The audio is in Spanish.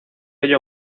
ello